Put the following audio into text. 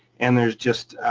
and there's just.